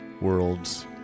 world's